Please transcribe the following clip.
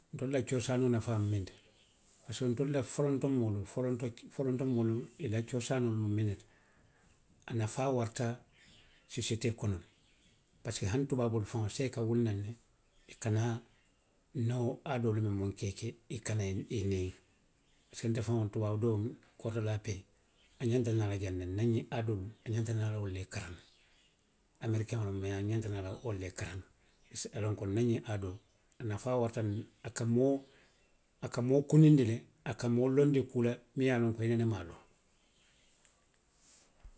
Ntelu la coosaanoo nafaa mu muŋ ne ti? Parisiko ntolu la folonto moolu, folonto ke, foloonto moolu i la coosaanoolu mu minnu ti a nafaa warata, sosiyetee kono le. Parisiko hani tubaaboolu faŋolu, saayiŋ i ka wuli naŋ ne, i ka naa nna wo aadoolu miŋ mu nka i ke i ka i nikiŋ. Parisiko nte faŋo, tubaabu doo, koori de la pee, a ňanta naa la jaŋ ne, nna ňiŋ aadoolu, a ňanta naa la wolu le karaŋ na. Amerikeŋo loŋ mee a ňanta naa la wolu le karaŋ na. I se a loŋ ko nna ňiŋ aadoolu, a nafaa warata le, a ka moo, a ka moo kuninndi le, a ka moo lonndi kuu la miŋ ye a loŋ i nene maŋ a loŋ.